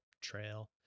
trail